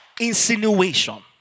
insinuation